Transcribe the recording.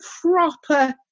proper